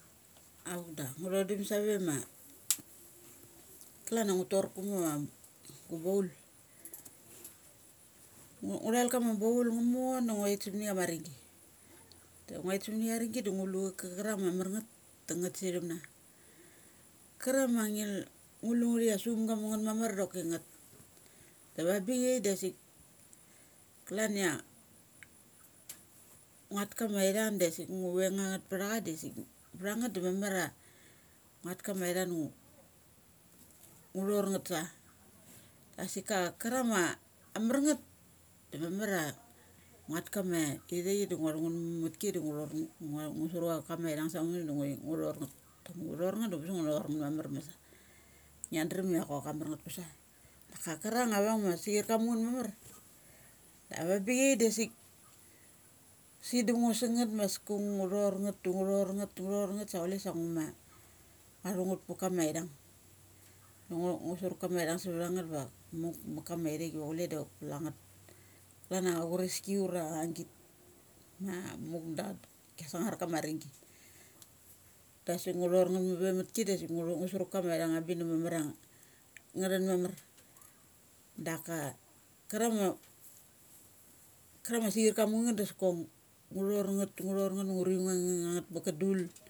Auk da ngu thodum sa ve ma klan a ngu tor guama baul. Ngu, ngu thal kama baul nga mor du nguat sa mani amas ninggi. Nguait sa mani aning gi da ngu lu cha kanang ama marneth da ngeth sa thum na. Ka rung ma ngil ngu lungrth ia sumga ma negth maman doki ngeth. Da va bi chai dasik klan ia nguat kama ithang dasik nguk veng ang ngeth da cha dasik, ptha ngeth da mamar a nguat kama ithung da ngu ngu thor ngeth sa. Asik a karung ma amar ngeth da manman a nguat kama ithaik da ngu thungeth matki da ngu thor ingua ngu suruk kama ithung sam muk sa ngui ngu thor ngeth. Ngu thor ngeth da ambes a ngu na thor ngeth masa niga drem pa chok amar ngeth kusa. Daka karung avang ama si chir ka ma ngeth mamar. ava bichai dasik sindem ngo sanget maskok ngu thor nget. ngu thor nget. ngu thor nget sa chule sa nguma ngua thu nget maka ma ithung. Ma ngo, ngu sruk kama ithung sa va ngeth ma muk ma kama i thaik ma chule da chok kule ngeth klana chureski ura agit. Ma muk da kia sangar kama aring gi. Dasik ngu thor ngeth pe mat ki dasik ngu thu ngu suruk kama ithung ava bik da mamar a thun mamar. Daka karung ma karang ma si chin ka mun ngeth daskok ngu thor ngeth, da ngu thor ngeth da ngu ru chin na ngeth paka dul.